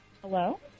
Hello